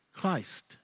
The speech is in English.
Christ